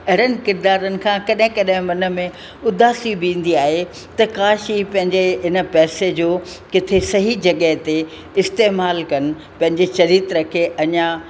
अहिड़नि किरिदारनि खां कॾहिं कॾहिं मन में उदासी बि ईंदी आहे त काश ई पंहिंजे हिन पैसे जो किथे सही जॻह ते इस्तेमालु कनि पंहिंजे चरित्र खे अञा